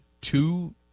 two